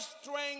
strength